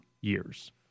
years